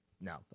no